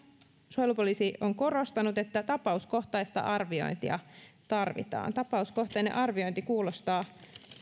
suojelupoliisi on korostanut että tapauskohtaista arviointia tarvitaan tapauskohtainen arviointi kuulostaa